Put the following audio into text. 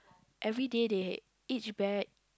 every day they each back